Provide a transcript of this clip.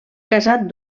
casat